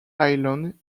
island